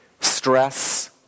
stress